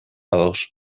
ados